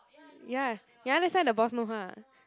ya ya that's why the boss know her ah